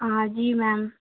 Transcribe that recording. हाँ जी मैम